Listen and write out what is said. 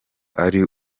ari